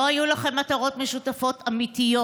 לא היו לכם מטרות משותפות אמיתיות.